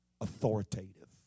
authoritative